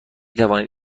توانید